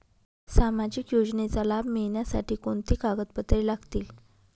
सामाजिक योजनेचा लाभ मिळण्यासाठी कोणती कागदपत्रे लागतील?